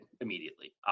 immediately